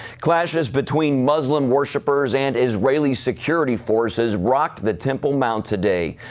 clashes between muslim worshippers and israeli security forces rocked the temple mount today.